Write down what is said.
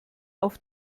auf